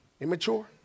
immature